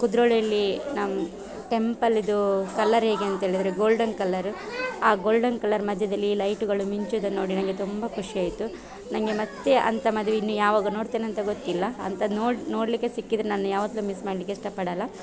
ಕುದ್ರೋಳಿಯಲ್ಲಿ ನಮ್ಮ ಟೆಂಪಲ್ಲಿದು ಕಲರ್ ಹೇಗೆ ಅಂತ್ಹೇಳಿದ್ರೆ ಗೋಲ್ಡನ್ ಕಲರ್ ಆ ಗೋಲ್ಡನ್ ಕಲರ್ ಮಧ್ಯದಲ್ಲಿ ಈ ಲೈಟುಗಳು ಮಿಂಚುವುದನ್ನು ನೋಡಿ ನನಗೆ ತುಂಬ ಖುಷಿಯಾಯ್ತು ನನಗೆ ಮತ್ತೆ ಅಂಥ ಮದುವೆ ಇನ್ನು ಯಾವಾಗ ನೋಡ್ತೇನೆ ಅಂತ ಗೊತ್ತಿಲ್ಲ ಅಂಥದ್ದು ನೋಡಲಿಕ್ಕೆ ಸಿಕ್ಕಿದರೆ ನಾನು ಯಾವತ್ತೂ ಮಿಸ್ ಮಾಡಲಿಕ್ಕೆ ಇಷ್ಟ ಪಡಲ್ಲ